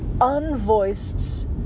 unvoiced